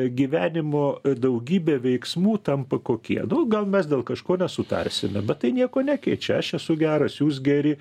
gyvenimo daugybė veiksmų tampa kokie nu gal mes dėl kažko nesutarsime bet tai nieko nekeičia aš esu geras jūs geri